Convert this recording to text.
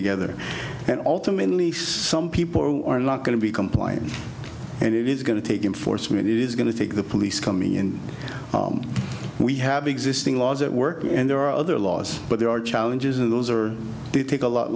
together and ultimately some people are not going to be compliant and it is going to take in force i mean it is going to take the police coming in we have existing laws that work and there are other laws but there are challenges and those are they take a lot